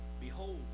behold